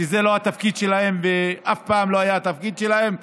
שזה לא התפקיד שלהם ואף פעם לא היה התפקיד שלהם.